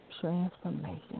Transformation